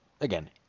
Again